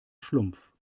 schlumpf